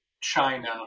China